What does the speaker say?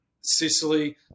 Sicily